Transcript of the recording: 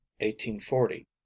1840